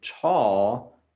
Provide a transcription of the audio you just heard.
tall